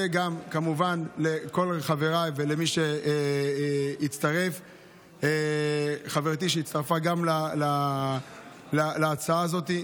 אני גם מודה לכל חבריי ולמי שהצטרף ולחברתי שהצטרפה להצעה הזאת.